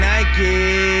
Nike